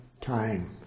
time